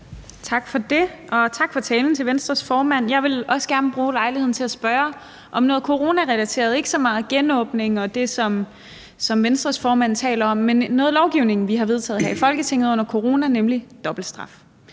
Tak for det, og tak for talen til Venstres formand. Jeg vil gerne bruge lejligheden til at spørge om noget coronarelateret, ikke så meget om genåbning og det, som Venstres formand taler om, men om noget lovgivning, vi har vedtaget her i Folketinget under corona, nemlig dobbeltstraf.